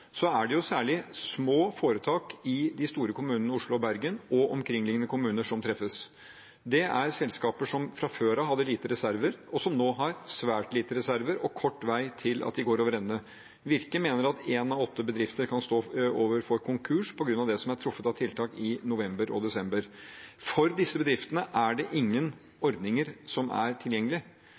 er det jo særlig små foretak i de store kommunene Oslo og Bergen og omkringliggende kommuner som treffes. Det er selskaper som fra før av hadde lite reserver, og som nå har svært lite reserver – det er kort vei til at de går over ende. Virke mener at en av åtte bedrifter kan stå overfor konkurs på grunn av det som er truffet av tiltak i november og desember. For disse bedriftene er det ingen ordninger som er